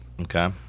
Okay